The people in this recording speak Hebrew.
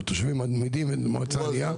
או תושבים אמידים ומועצה ענייה.